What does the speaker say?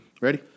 Ready